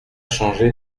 changé